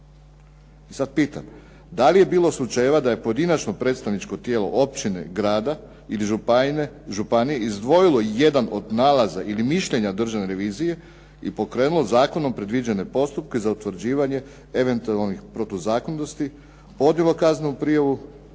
Sad pitam, da li je bilo slučajeva da je pojedinačno predstavničko tijelo općine, grada ili županije izdvojilo jedan od nalaza ili mišljenja Državne revizije i pokrenulo zakonom predviđene postupke za utvrđivanje eventualnih protuzakonitosti, podnijelo kaznenu prijavu